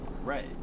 Right